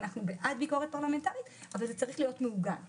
אנחנו בעד ביקורת פרלמנטרית אבל זה צריך להיות מעוגן.